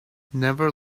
never